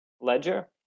ledger